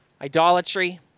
idolatry